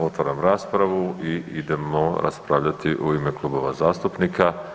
Otvaram raspravu i idemo raspravljati u ime klubova zastupnika.